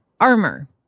armor